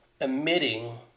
emitting